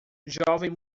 jovem